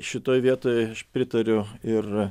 šitoj vietoj aš pritariu ir